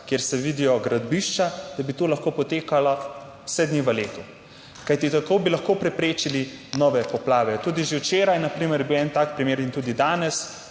kjer se vidijo gradbišča, da bi to lahko potekalo vse dni v letu. Kajti, tako bi lahko preprečili nove poplave, tudi že včeraj na primer je bil en tak primer in tudi danes,